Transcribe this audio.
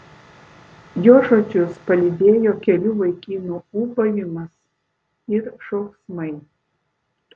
jo žodžius palydėjo kelių vaikinų ūbavimas ir šauksmai